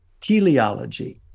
teleology